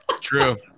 True